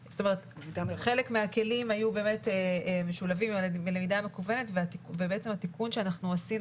חלק מהכלים היו משולבים עם הלמידה המקוונת ובעצם התיקון שאנחנו עושים,